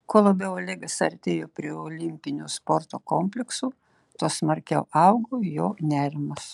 kuo labiau olegas artėjo prie olimpinio sporto komplekso tuo smarkiau augo jo nerimas